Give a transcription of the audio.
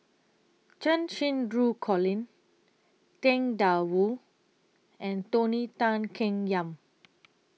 Cheng Xinru Colin Tang DA Wu and Tony Tan Keng Yam